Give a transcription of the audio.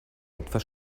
etwas